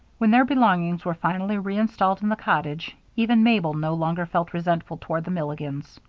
when their belongings were finally reinstalled in the cottage even mabel no longer felt resentful toward the milligans.